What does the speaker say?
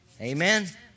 Amen